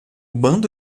bando